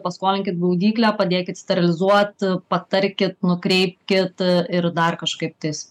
paskolinkit gaudyklę padėkit sterilizuot patarkit nukreipkit ir dar kažkaip tais